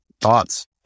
thoughts